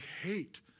hate